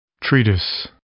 Treatise